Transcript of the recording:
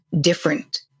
different